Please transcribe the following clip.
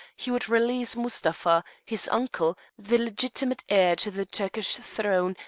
he would release mustapha, his uncle, the legitimate heir to the turkish throne,